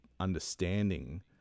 understanding